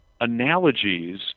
analogies